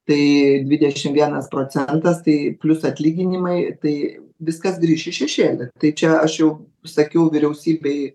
tai dvidešim vienas procentas tai plius atlyginimai tai viskas grįš į šešėlį tai čia aš jau sakiau vyriausybei